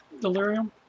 Delirium